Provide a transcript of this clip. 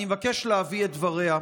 אני מבקש להביא את דבריה: